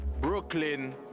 Brooklyn